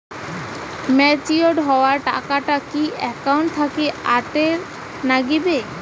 Matured হওয়া টাকাটা কি একাউন্ট থাকি অটের নাগিবে?